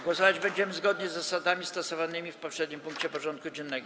Głosować będziemy zgodnie z zasadami stosowanymi w poprzednim punkcie porządku dziennego.